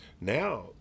Now